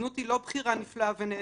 זנות זה לא בחירה נפלאה ונהדרת,